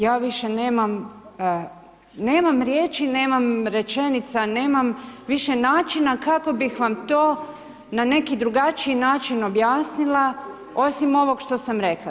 Ja više nemam riječi, nemam rečenica, nemam više načina kako bih vam to na neki drugačiji način objasnila osim ovo što sam rekla.